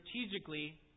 strategically